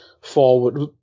forward